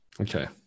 Okay